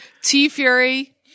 T-Fury